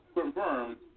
confirmed